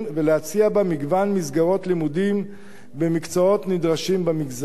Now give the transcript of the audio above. ולהציע בה מגוון מסגרות לימודים במקצועות נדרשים במגזר.